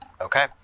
Okay